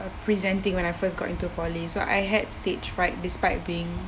presenting when I first got into poly so I had stage fright despite being